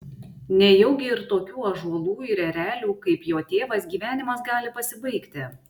nejaugi ir tokių ąžuolų ir erelių kaip jo tėvas gyvenimas gali pasibaigti